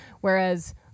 Whereas